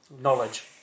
knowledge